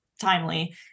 timely